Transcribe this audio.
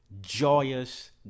joyous